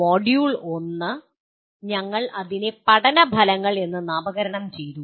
module 1 ഞങ്ങൾ അതിനെ "പഠന ഫലങ്ങൾ" എന്ന് നാമകരണം ചെയ്തു